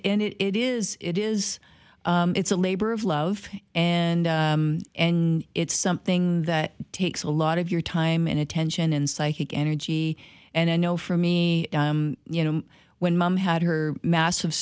it is it is it's a labor of love and and it's something that takes a lot of your time and attention and psychic energy and i know for me you know when mom had her massive